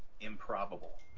improbable